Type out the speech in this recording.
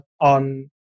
on